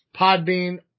Podbean